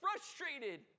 frustrated